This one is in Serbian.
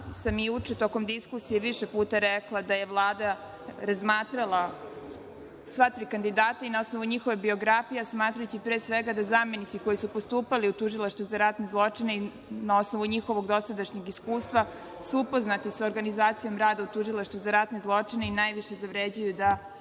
sam juče tokom diskusije više puta rekla da je Vlada razmatrala sva tri kandidata i na osnovu njihove birokratije, a smatrajući pre svega zamenici koji su postupali u Tužilaštvu za ratne zločine i na osnovu njihovog dosadašnjeg iskustva su upoznati sa organizacijom rada u Tužilaštvu za ratne zločine i najviše zavređuju da